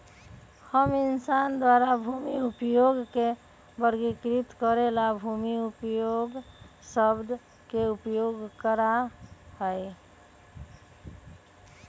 हम इंसान द्वारा भूमि उपयोग के वर्गीकृत करे ला भूमि उपयोग शब्द के उपयोग करा हई